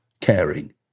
caring